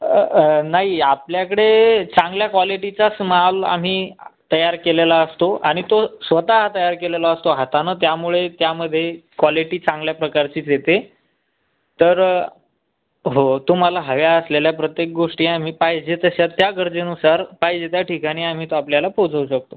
नाही आपल्याकडे चांगल्या क्वालिटीचाच माल आम्ही तयार केलेला असतो आणि तो स्वतः तयार केलेला असतो हातानं त्यामुळे त्यामध्ये क्वालिटी चांगल्या प्रकारचीच येते तर हो तुम्हाला हव्या असलेल्या प्रत्येक गोष्टी आम्ही पाहिजे तशा त्या गरजेनुसार पाहिजे त्या ठिकाणी आम्ही तो आपल्याला पोचवू शकतो